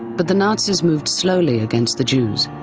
but the nazis moved slowly against the jews.